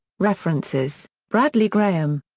references bradley graham.